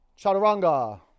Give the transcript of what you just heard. Chaturanga